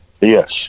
Yes